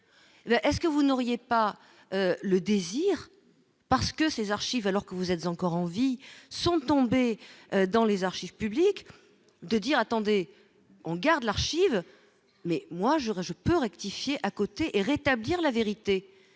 est ce que vous n'auriez pas le désir parce que ces archives alors que vous êtes encore en vie sont tombés dans les archives publiques de dire : attendez, on garde l'archive, mais moi j'aurais je peux rectifier à côté et rétablir la vérité,